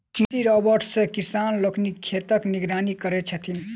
कृषि रोबोट सॅ किसान लोकनि खेतक निगरानी करैत छथि